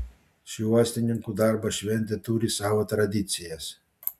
ši uostininkų darbo šventė turi savo tradicijas